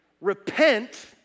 Repent